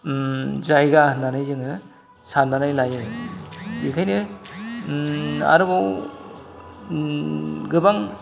जायगा होननानै जोङो साननानै लायो बेखायनो आरोबाव गोबां